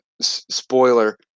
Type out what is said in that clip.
spoiler